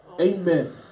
Amen